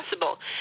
possible